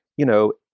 you know.